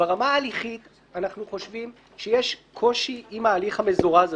ברמה ההליכית אנחנו חושבים שיש קושי עם ההליך המזורז הזה.